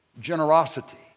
generosity